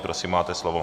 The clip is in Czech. Prosím, máte slovo.